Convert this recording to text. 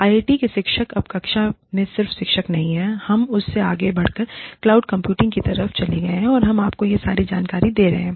IIT के शिक्षक अब कक्षा में सिर्फ शिक्षक नहीं हैं हम उससे आगे बढ़कर क्लाउड कंप्यूटिंग की तरफ चले गए है और हम आपको यह सारी जानकारी दे रहे हैं